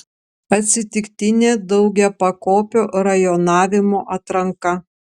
atsitiktinė daugiapakopio rajonavimo atranka